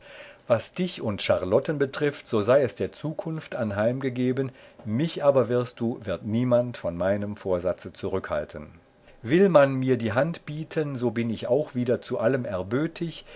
was dich und charlotten betrifft so sei es der zukunft anheimgegeben mich aber wirst du wird niemand von meinem vorsatze zurückhalten will man mir die hand bieten so bin ich auch wieder zu allem erbötig